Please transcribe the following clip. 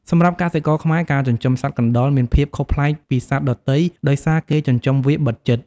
សម្រាប់់កសិករខ្មែរ ការចិញ្ចឹមសត្វកណ្តុរមានភាពខុសប្លែកពីសត្វដទៃដោយសារគេចិញ្ចឹមវាបិទជិត។